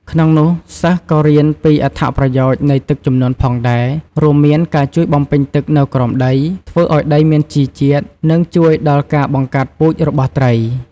ក្នុងនោះសិស្សក៏រៀនពីអត្ថប្រយោជនៃទឹកជំនន់ផងដែរ រួមមានការជួយបំពេញទឹកនៅក្រោមដី ធ្វើឱ្យដីមានជីជាតិ និងជួយដល់ការបង្កាត់ពូជរបស់ត្រី។